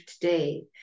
today